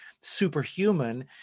superhuman